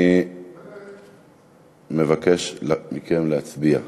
אני מבקש מכם להצביע.